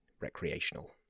recreational